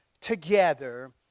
together